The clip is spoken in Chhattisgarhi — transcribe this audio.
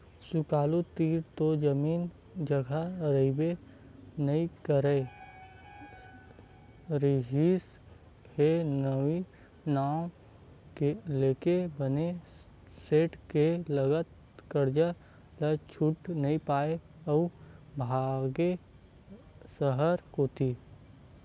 सुकालू तीर तो जमीन जघा रहिबे नइ करे रिहिस हे उहीं नांव लेके बने सेठ के लगत करजा ल छूट नइ पाइस अउ भगागे सहर कोती